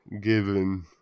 Given